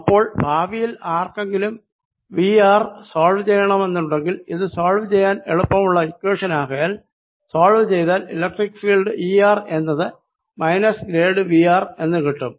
അപ്പോൾ ഭാവിയിൽ ആർക്കെങ്കിലും V r സോൾവ് ചെയ്യണമെന്നുണ്ടെങ്കിൽ ഇത് സോൾവ് ചെയ്യാൻ എളുപ്പമുള്ള ഇക്വേഷൻ ആകയാൽ സോൾവ് ചെയ്താൽ ഇലക്ട്രിക്ക് ഫീൽഡ് ഇ r എന്നത് മൈനസ് ഗ്രേഡ് V r എന്ന് കിട്ടും